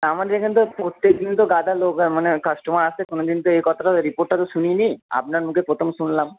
আমাদের এখানে তো প্রত্যেক দিন তো গাদা লোক হয় মানে কাস্টমার আসে কোনো দিন তো এই কথাটা রিপোর্টটা তো শুনিনি আপনার মুখে প্রথম শুনলাম